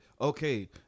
okay